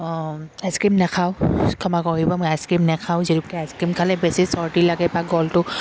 ice cream নাখাওঁ ক্ষমা কৰিব মই আইচক্ৰীম নাখাওঁ যিহেতু আইচক্ৰীম খালে বেছি চৰ্দি লাগে বা গলটো